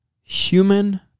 human